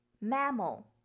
Mammal